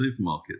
supermarkets